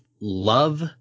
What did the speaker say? love